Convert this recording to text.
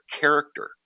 character